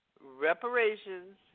Reparations